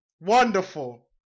wonderful